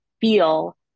feel